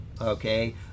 okay